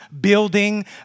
building